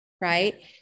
Right